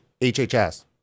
hhs